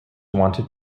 wanted